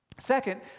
Second